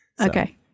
Okay